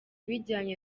bijyanye